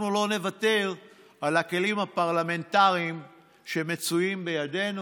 אנחנו לא נוותר על הכלים הפרלמנטריים שמצויים בידינו: